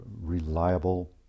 reliable